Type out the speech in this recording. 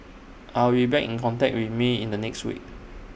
I will be back in contact with may in the next week